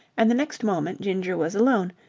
and the next moment ginger was alone,